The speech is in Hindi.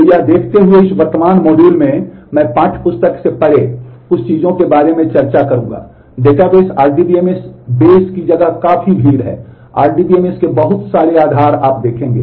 तो यह देखते हुए कि इस वर्तमान मॉड्यूल में मैं पाठ्यपुस्तक से परे कुछ चीजों के बारे में चर्चा करूंगा डेटाबेस आरडीबीएमएस के बहुत सारे आधार आप देखेंगे